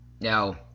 Now